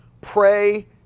pray